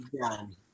done